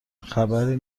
خبری